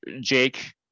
Jake